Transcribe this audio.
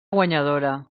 guanyadora